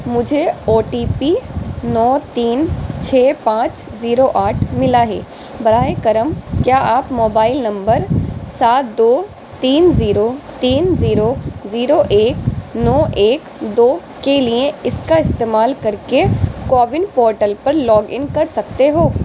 مجھے O T P نو تین چھ پانچ زیرو آٹھ ملا ہے براہ کرم کیا آپ موبائل نمبر سات دو تین زیرو تین زیرو زیرو ایک نو ایک دو کے لیے اس کا استعمال کر کے کوون پورٹل پر لاگ ان کر سکتے ہو